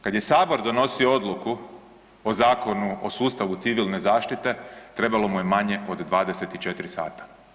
Kad je sabor donosio odluku o Zakonu o sustavu civilne zaštite trebalo mu je manje od 24 sata.